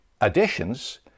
additions